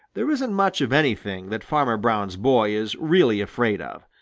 there isn't much of anything that farmer brown's boy is really afraid of.